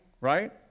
right